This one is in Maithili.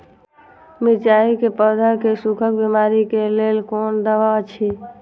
मिरचाई के पौधा के सुखक बिमारी के लेल कोन दवा अछि?